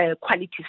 quality